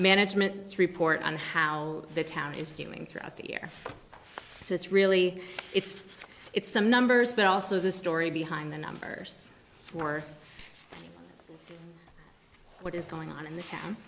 management report on how the town is doing throughout the year so it's really it's it's some numbers but also the story behind the numbers for what is going on in the town